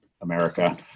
America